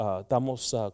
estamos